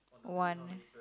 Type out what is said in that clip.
one